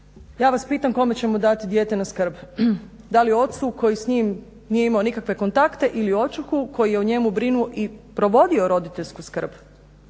Ja vas pitam kome ćemo dati dijete na skrb, da li ocu koji s njim nije imao nikakve kontakte ili očuhu koji je o njemu brinuo i provodio roditeljsku skrb.